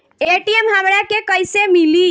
ATM हमरा के कइसे मिली?